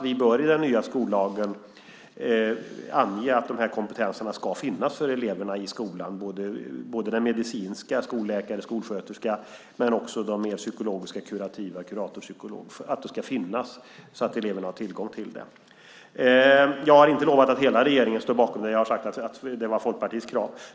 Vi bör i den nya skollagen ange att de här kompetenserna ska finnas för eleverna i skolan. Både den medicinska, skolläkare och skolsköterska, och de mer psykologiska, kurativa som kurator och psykolog ska finnas så att eleverna har tillgång till dem. Jag har inte lovat att hela regeringen står bakom detta. Jag har sagt att det var Folkpartiets krav.